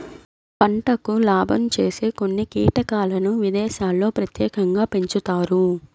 పంటకు లాభం చేసే కొన్ని కీటకాలను విదేశాల్లో ప్రత్యేకంగా పెంచుతారు